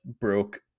broke